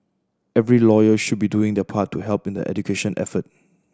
every lawyer should be doing their part to help in the education effort